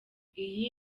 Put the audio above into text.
iyi